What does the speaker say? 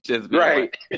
Right